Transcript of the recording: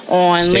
on